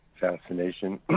fascination